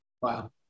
Wow